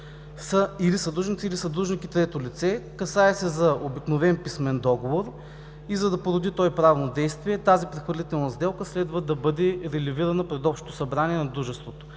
са или съдружници, или съдружникът е трето лице. Касае се за обикновен писмен договор и за да породи той правно действие, тази прехвърлителна сделка следва да бъде релевирана пред общото събрание на дружеството.